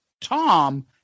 Tom